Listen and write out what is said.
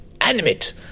animate